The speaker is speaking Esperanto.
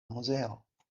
muzeo